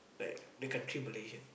like the country Malaysia